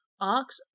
Ox